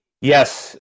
Yes